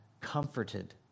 comforted